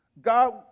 God